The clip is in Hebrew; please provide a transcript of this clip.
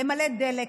למלא דלק,